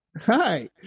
Hi